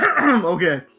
Okay